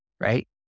right